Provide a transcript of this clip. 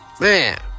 Man